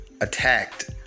attacked